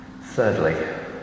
Thirdly